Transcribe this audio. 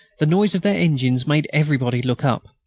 the noise of their engines made everybody look up.